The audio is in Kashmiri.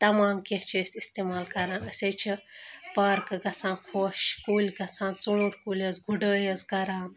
تَمام کینٛہہ چھِ أسۍ استعمال کَران أسۍ حظ چھِ پارکہٕ گژھان خۄش کُلۍ گژھان ژوٗنٛٹھۍ کُلۍ حظ گُڈٲے حظ کَران